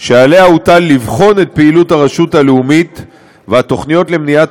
שהוטל עליה לבחון את פעילות הרשות הלאומית והתוכניות למניעת